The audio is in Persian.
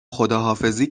خداحافظی